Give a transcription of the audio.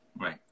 right